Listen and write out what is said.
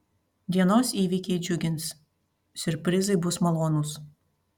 dienos įvykiai džiugins siurprizai bus malonūs